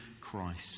Christ